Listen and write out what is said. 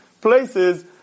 places